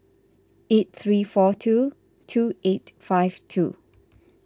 eight three four two two eight five two